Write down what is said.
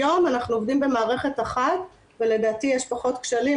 היום אנחנו עובדים במערכת אחת ולדעתי יש פחות כשלים,